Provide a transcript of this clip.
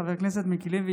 חבר הכנסת מיקי לוי,